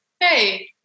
hey